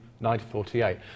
1948